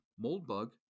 Moldbug